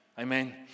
Amen